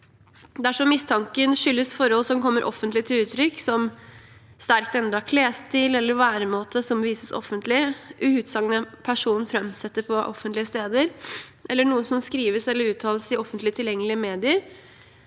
Dersom mistanken skyldes forhold som kommer offentlig til uttrykk, som sterkt endret klesstil eller væremåte som vises offentlig, utsagn en person framsetter på offentlige steder, eller noe som skrives eller uttales i offentlig tilgjengelige medier,